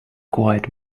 quite